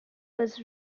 was